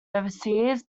overseas